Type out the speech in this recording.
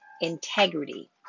Integrity